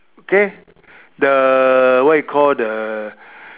okay the what do you call the